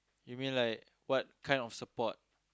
you mean like what kind of support